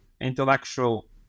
intellectual